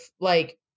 like-